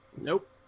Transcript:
Nope